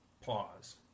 pause